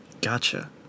gotcha